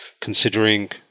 considering